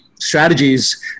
strategies